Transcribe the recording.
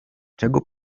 czego